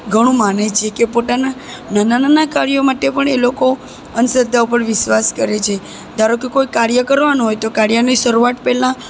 ઘણું માને છે કે પોતાના નાનાં નાનાં કાર્યો માટે પણ એ લોકો અંધશ્રદ્ધા પર વિશ્વાસ કરે છે ધારો કે કોઈ કાર્ય કરવાનું હોય તો કાર્યની શરૂઆત પહેલાં